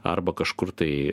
arba kažkur tai